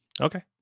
Okay